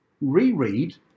reread